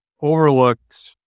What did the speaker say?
overlooked